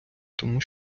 тому